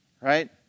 right